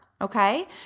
okay